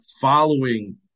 following